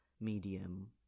medium